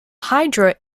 hydra